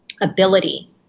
ability